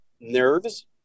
nerves